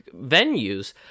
venues